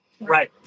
Right